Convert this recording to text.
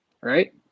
Right